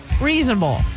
Reasonable